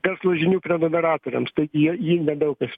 verslo žinių prenumeratoriams tai jį jį nedaug kas